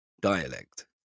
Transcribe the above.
dialect